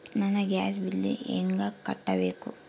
ನನ್ನ gas bill ಹೆಂಗ ಕಟ್ಟಬೇಕು?